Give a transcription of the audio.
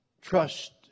trust